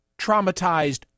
traumatized